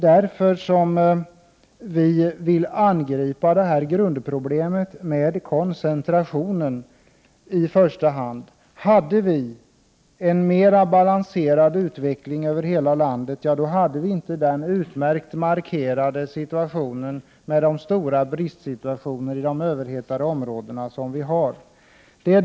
Därför vill vi angripa i första hand grundproblemet, koncentrationen. Hade vi en mera balanserad utveckling över hela landet, då hade vi inte den utmärkt markerade situationen med de stora bristerna i de överhettade områdena.